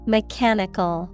Mechanical